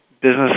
business